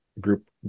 group